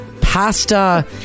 pasta